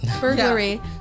burglary